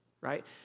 right